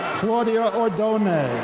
claudia ordonez.